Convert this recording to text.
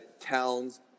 Towns